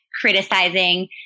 criticizing